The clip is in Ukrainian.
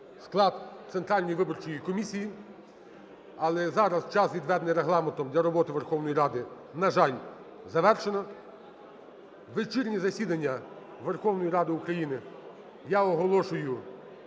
склад Центральної виборчої комісії. Але зараз час відведений регламентом для роботи Верховної Ради, на жаль, завершено. Вечірнє засідання Верховної Ради України я оголошую